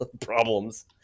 problems